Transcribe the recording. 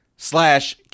slash